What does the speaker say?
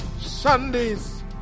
Sunday's